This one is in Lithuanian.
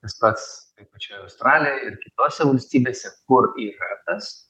tas pats pačioj australijoje ir kitose valstybėse kur yra tas